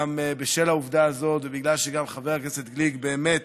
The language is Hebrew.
גם בשל העובדה הזאת ובגלל שגם חבר הכנסת גליק באמת